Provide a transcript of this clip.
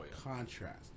contrast